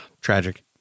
Tragic